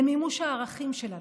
למימוש הערכים שלנו,